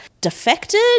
defected